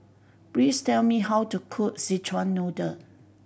please tell me how to cook Szechuan Noodle